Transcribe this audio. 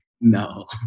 no